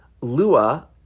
Lua